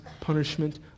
punishment